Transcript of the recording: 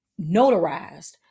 notarized